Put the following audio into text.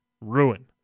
ruin